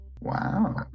wow